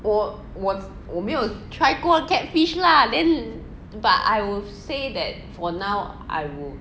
我我我没有 try 过 catfish lah then but I would say that for now I will